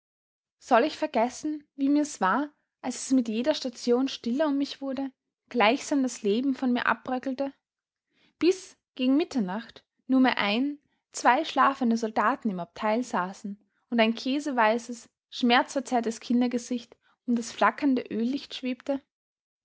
soll ich vergessen wie mir's war als es mit jeder station stiller um mich wurde gleichsam das leben von mir abbröckelte bis gegen mitternacht nur mehr ein zwei schlafende soldaten im abteil saßen und ein käseweißes schmerzverzerrtes kindergesicht um das flackernde öllicht schwebte